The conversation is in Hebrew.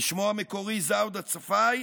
בשמו המקורי, זאודה טספאי,